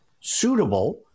suitable